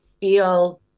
feel